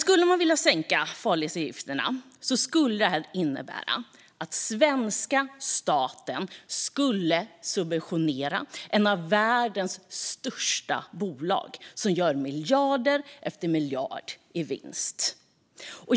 Om man väljer att sänka farledsavgifterna skulle det innebära att svenska staten skulle subventionera ett av världens största bolag som gör miljarder och åter miljarder i vinst.